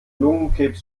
lungenkrebs